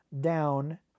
down